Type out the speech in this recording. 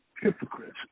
hypocrites